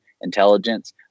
intelligence